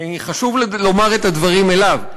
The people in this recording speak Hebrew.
כי חשוב לומר את הדברים אליו.